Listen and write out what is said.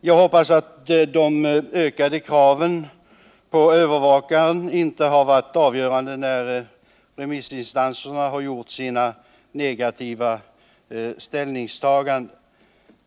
Jag hoppas att de ökade kraven för övervakaren inte har varit avgörande när remissinstanserna gjort sina negativa ställningstaganden.